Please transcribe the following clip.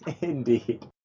Indeed